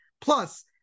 Plus